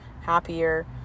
happier